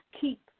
keep